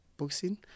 boxing